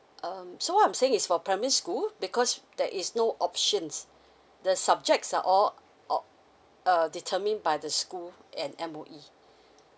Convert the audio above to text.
um so what I'm saying is for primary school because there is no options the subjects are all all uh determined by the school and M_O_E